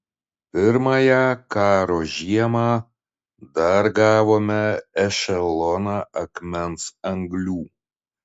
pirmąją karo žiemą dar gavome ešeloną akmens anglių